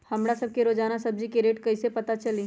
हमरा सब के रोजान सब्जी के रेट कईसे पता चली?